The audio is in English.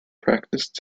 practiced